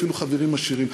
אפילו חברים עשירים.